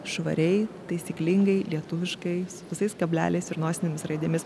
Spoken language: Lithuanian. švariai taisyklingai lietuviškai su visais kableliais ir nosinėmis raidėmis